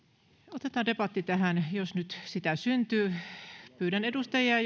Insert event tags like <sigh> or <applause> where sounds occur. otetaan debatti tähän <unintelligible> jos nyt sitä syntyy pyydän edustajia <unintelligible>